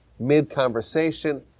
mid-conversation